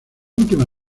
última